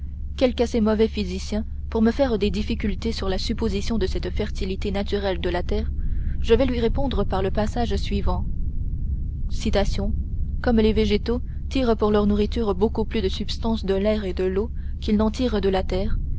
quelque assez mauvais physicien pour me faire des difficultés sur la supposition de cette fertilité naturelle de la terre je vais lui répondre par le passage suivant comme les végétaux tirent pour leur nourriture beaucoup plus de substance de l'air et de l'eau qu'ils n'en tirent de la terre